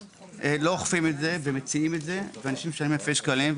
לא אוכפים את זה ומציעים את זה ואנשים משלמים אלפי שקלים.